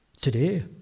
today